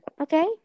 Okay